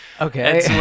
Okay